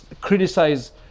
criticize